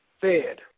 fed